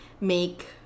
make